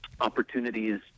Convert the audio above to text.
opportunities